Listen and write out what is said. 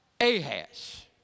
Ahaz